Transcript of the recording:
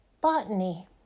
botany